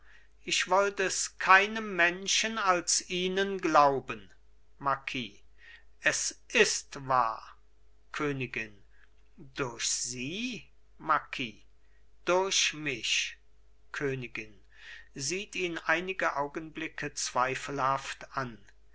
ich wollt es keinem menschen als ihnen glauben marquis es ist wahr königin durch sie marquis durch mich königin sieht ihn einige augenblicke zweifelhaft an